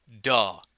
Duh